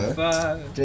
five